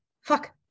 fuck